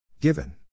given